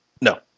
No